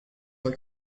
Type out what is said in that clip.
bei